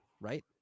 right